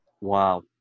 Wow